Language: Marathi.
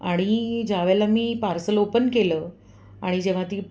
आणि ज्या वेळेला मी पार्सल ओपन केलं आणि जेव्हा ती